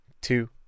two